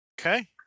Okay